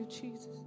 Jesus